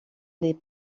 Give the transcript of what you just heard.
les